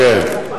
כן.